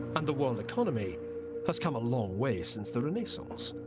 and the world economy has come a long way since the renaissance.